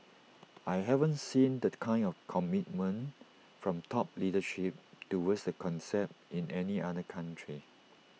I haven't seen the kind of commitment from top leadership towards the concept in any other country